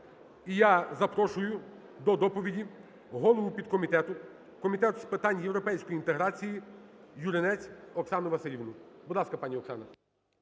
І я запрошую до доповіді голову підкомітету Комітету з питань європейської інтеграції Юринець Оксану Василівну. Будь ласка, пані Оксана.